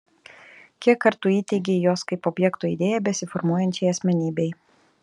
kiek kartų įteigei jos kaip objekto idėją besiformuojančiai asmenybei